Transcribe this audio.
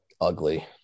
Ugly